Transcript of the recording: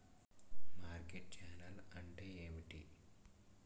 Market channel అంటే ఏమిటి?